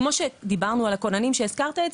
כמו שדיברנו על הכוננים שהזכרת,